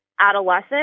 adolescent